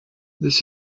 this